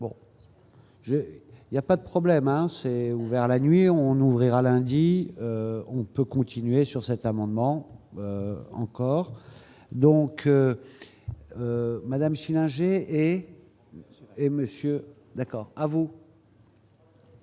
J'ai il y a pas de problème assez ouvert la nuit, on ouvrira lundi on peut continuer sur cet amendement encore donc Madame Schillinger et et monsieur d'accord à vous.